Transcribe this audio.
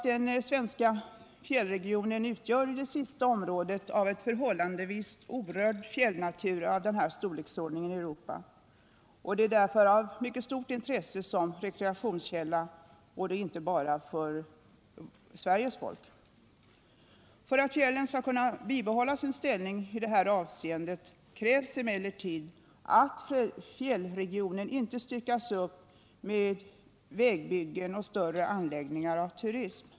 Den svenska fjällregionen utgör ju det sista området av en förhållandevis orörd fjällnatur av denna storleksordning i Europa. Det är därför av mycket stort intresse som rekreationskälla, inte bara för Sveriges folk. För att fjällen skall kunna bibehålla sin ställning i detta avseende krävs emellertid att fjällregionen inte styckas upp med vägbyggen och större anläggningar för turism.